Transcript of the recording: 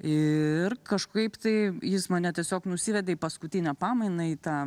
ir kažkaip tai jis mane tiesiog nusivedė į paskutinę pamainą į tą